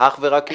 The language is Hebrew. אך ורק היא?